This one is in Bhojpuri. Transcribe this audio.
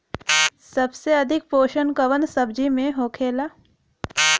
सबसे अधिक पोषण कवन सब्जी में होखेला?